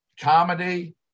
comedy